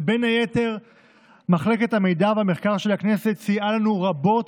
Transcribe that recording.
ובין היתר מרכז המידע והמחקר של הכנסת סייע לנו רבות